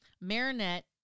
Marinette